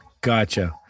Gotcha